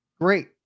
great